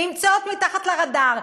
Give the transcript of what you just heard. נמצאות מתחת לרדאר,